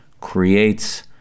creates